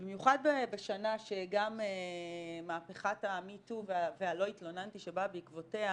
במיוחד בשנה שגם מהפכת ה-Me too והלא התלוננתי שבאה בעקבותיה